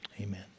Amen